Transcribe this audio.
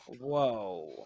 whoa